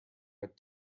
had